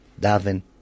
Davin